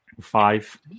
Five